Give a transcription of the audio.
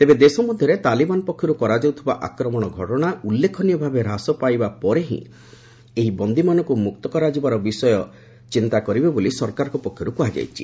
ତେବେ ଦେଶ ମଧ୍ୟରେ ତାଲିବାନ ପକ୍ଷରୁ କରାଯାଉଥିବା ଆକ୍ରମଣ ଘଟଣା ଉଲ୍ଲେକନୀୟ ଭାବେ ହ୍ରାସ ପାଇବା ଉପରେ ହିଁ ଏହି ବନ୍ଦୀମାନଙ୍କୁ ମୁକ୍ତ କରାଯିବା ବିଷୟ ନିର୍ଭର କରେ ବୋଲି ସରକାରଙ୍କ ପକ୍ଷରୁ କୁହାଯାଇଛି